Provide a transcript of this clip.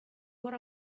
what